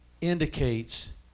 indicates